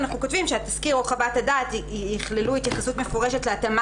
אנחנו כותבים שהתסקיר או חוות הדעת יכללו התייחסות מפורשת להתאמה